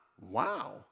wow